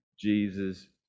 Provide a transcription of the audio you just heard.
Jesus